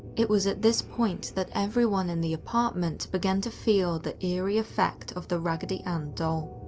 it was at this point that everyone in the apartment began to feel the eerie effect of the raggedy ann doll.